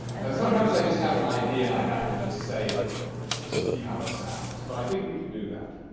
no sometimes i just have an idea and i have to just say it to see how it sounds, but i think we could do that.